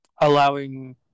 allowing